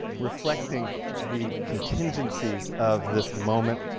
reflecting the contingencies of this moment,